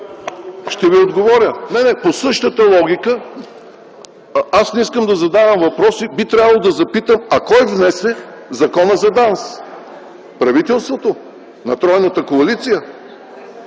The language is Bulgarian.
Ще отговоря. По същата логика аз не искам да задавам въпроси. Би трябвало да запитам: А кой внесе закона за ДАНС? Правителството на тройната коалиция.